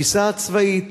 בתפיסה הצבאית,